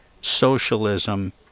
socialism